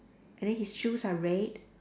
and then his shoes are red